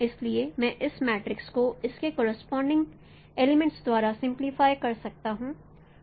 इसलिए मैं इस मैट्रिक्स को इसके करोसपोंडिंग एलीमेंट्स द्वारा सिंप्लिफाई कर सकता हूं